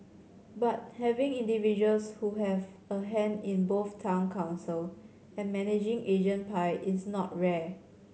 but having individuals who have a hand in both Town Council and managing agent pie is not rare